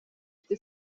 ifite